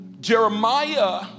Jeremiah